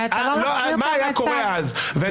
מה היה קורה אז?